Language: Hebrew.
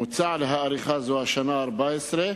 מוצע להאריכה זו השנה ה-14,